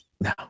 No